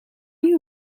you